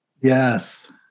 Yes